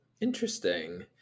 Interesting